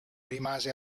rimase